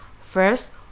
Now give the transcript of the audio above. first